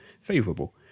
favourable